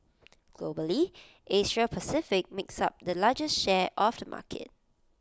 Globally Asia Pacific makes up the largest share of the market